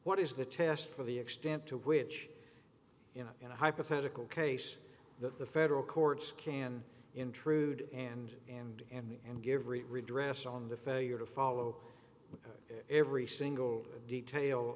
what is the test for the extent to which you know in a hypothetical case that the federal courts can intrude and and and and give rate redress on the failure to follow every single detail